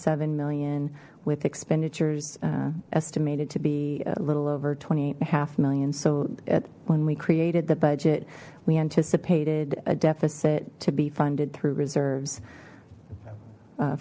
seven million with expenditures estimated to be a little over twenty eight and a half million so when we created the budget we anticipated a deficit to be funded through reserves